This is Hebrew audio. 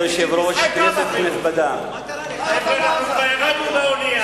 אדוני היושב-ראש, כנסת נכבדה ירדנו מהאונייה.